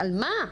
על מה?